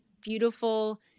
beautiful